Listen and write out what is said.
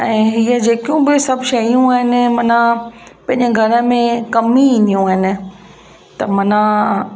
ऐं हीअ जेकियूं बि सभु शयूं आहिनि माना पंहिंजे घर में कमु ई ईंदियूं आहिनि त माना